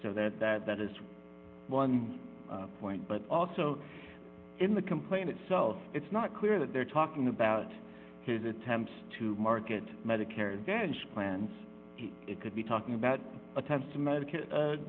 so that that that is one point but also in the complaint itself it's not clear that they're talking about his attempts to market medicare advantage plans it could be talking about attempts to